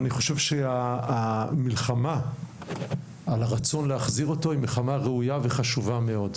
אני חושב שהמלחמה על הרצון להחזיר אותו היא מלחמה ראויה וחשובה מאוד.